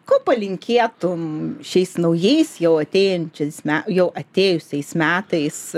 ko palinkėtum šiais naujais jau atėjančiais me jau atėjusiais metais